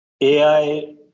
ai